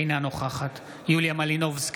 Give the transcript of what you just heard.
אינה נוכחת יוליה מלינובסקי,